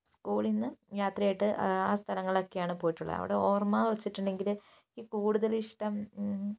സ്കൂളിൽനിന്ന് യാത്രയായിട്ട് ആ സ്ഥലങ്ങളിലൊക്കെയാണ് പോയിട്ടുള്ളത് അവിടെ ഓർമ്മ വച്ചിട്ടുണ്ടെങ്കിൽ ഈ കൂടുതലും ഇഷ്ടം